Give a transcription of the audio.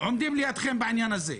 עומדים לידכם בעניין הזה.